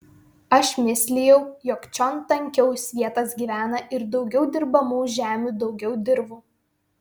aš mislijau jog čion tankiau svietas gyvena ir daugiau dirbamų žemių daugiau dirvų